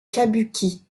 kabuki